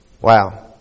Wow